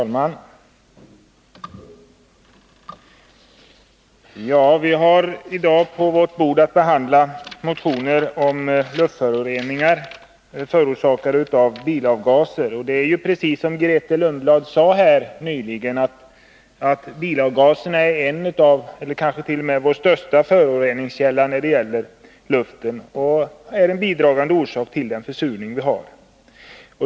Herr talman! Vi har i dag att behandla motioner om luftföroreningar förorsakade av bilavgaser. Som Grethe Lundblad sade är bilavgaserna den kanske största föroreningskällan när det gäller luftföroreningar och en bidragande orsak till försurningen.